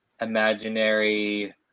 imaginary